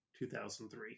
2003